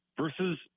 versus